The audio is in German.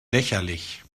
lächerlich